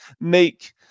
make